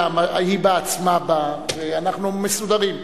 אלא היא בעצמה באה, אנחנו מסודרים.